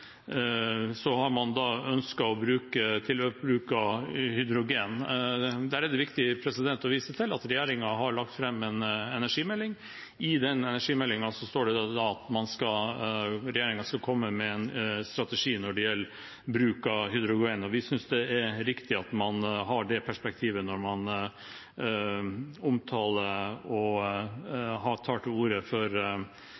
bruk av hydrogen. Der er det viktig å vise til at regjeringen har lagt fram en energimelding. I den energimeldingen står det at regjeringen skal komme med en strategi når det gjelder bruk av hydrogen. Vi synes det er riktig at man har det perspektivet når man omtaler og